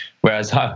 Whereas